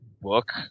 book